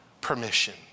permission